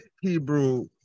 Hebrew